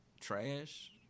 trash